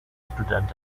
student